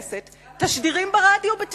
תשדירים ברדיו של